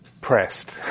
pressed